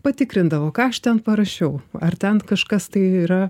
patikrindavo ką aš ten parašiau ar ten kažkas tai yra